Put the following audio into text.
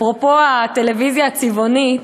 אפרופו הטלוויזיה הצבעונית,